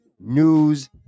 news